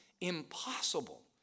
impossible